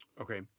Okay